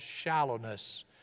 shallowness